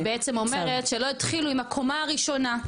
מה שאת בעצם אומרת, שלא התחילו עם הקומה הראשונה,